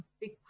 big